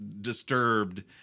disturbed